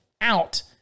out